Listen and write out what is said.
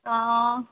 आं